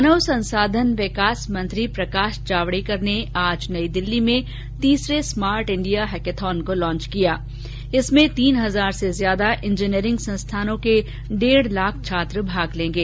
मानव संसाधन विकास मंत्री प्रकाश जावडेकर ने आज नई दिल्ली में तीसरे स्मार्ट इण्डिया हैकथॉन को लॉन्च किया इसमें तीन हजार से अधिक इंजीनियरिंग संस्थानों के डेढ़ लाख छात्र भाग लेंगे